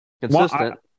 consistent